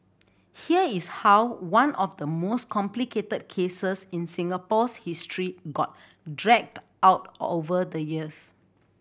here is how one of the most complicated cases in Singapore's history got dragged out over the years